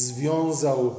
Związał